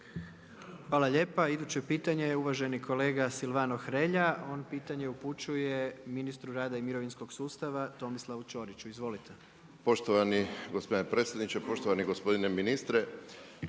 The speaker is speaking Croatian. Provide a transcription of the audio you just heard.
vam lijepa. Iduće pitanje uvaženi kolega Silvano Hrelja. On pitanje upućuje ministru rada i mirovinskog sustava Tomislavu Ćoriću. Izvolite. **Hrelja, Silvano (HSU)** Poštovani gospodine predsjedniče, poštovani gospodine ministre.